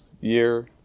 year